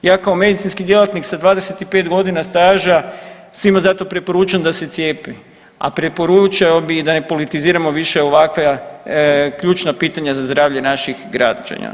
Ja kao medicinski djelatnik sa 25.g. staža svima zato preporučujem da se cijepe, a preporučio bi da ne politiziramo više ovakva ključna pitanja za zdravlje naših građana.